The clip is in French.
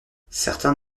certains